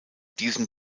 diesen